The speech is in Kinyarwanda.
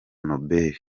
nobel